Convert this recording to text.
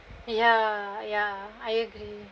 ya ya I agree